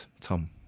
Tom